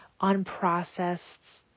unprocessed